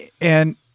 And-